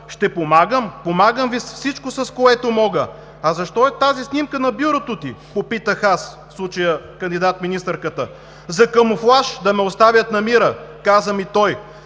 „Ще помагам. Помагам Ви с всичко, с което мога“. „А защо е тази снимка на бюрото ти?“ – попитах аз, в случая кандидат-министърката. „За камуфлаж – да ме оставят на мира.“ – каза ми той.